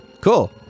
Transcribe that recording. cool